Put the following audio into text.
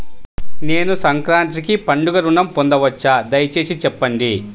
నేను సంక్రాంతికి పండుగ ఋణం పొందవచ్చా? దయచేసి చెప్పండి?